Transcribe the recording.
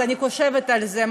אז אני חושבת על זה.